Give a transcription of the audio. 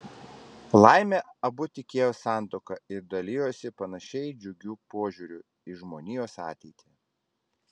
laimė abu tikėjo santuoka ir dalijosi panašiai džiugiu požiūriu į žmonijos ateitį